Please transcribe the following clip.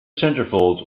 centerfold